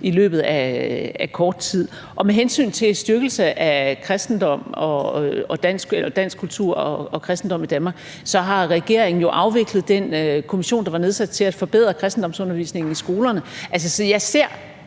i løbet af kort tid. Med hensyn til styrkelse af dansk kultur og kristendom i Danmark har regeringen jo afviklet den kommission, der var nedsat til at forbedre kristendomsundervisningen i skolerne.